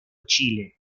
chile